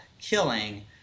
killing